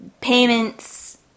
payments